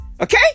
Okay